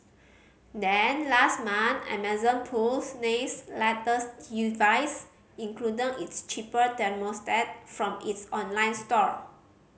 then last month Amazon pulls Nest's latest device including its cheaper thermostat from its online store